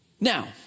Now